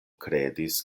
kredis